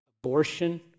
Abortion